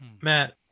Matt